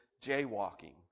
jaywalking